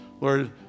Lord